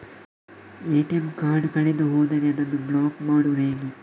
ATM card ಕಳೆದು ಹೋದರೆ ಅದನ್ನು ಬ್ಲಾಕ್ ಮಾಡುವುದು ಹೇಗೆ?